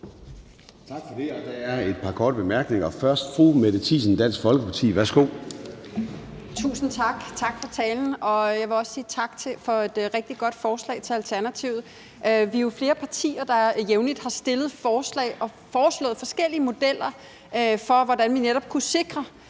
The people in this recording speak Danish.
Tak for det. Der er et par korte bemærkninger. Først er det fru Mette Thiesen, Dansk Folkeparti. Værsgo. Kl. 10:07 Mette Thiesen (DF): Tusind tak, og tak for talen. Jeg vil også sige tak til Alternativet for et rigtig godt forslag. Vi er jo flere partier, der jævnligt har fremsat forslag og foreslået forskellige modeller for, hvordan vi netop kunne sikre,